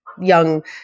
young